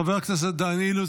חבר הכנסת דן אילוז,